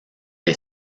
est